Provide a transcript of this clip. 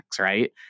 right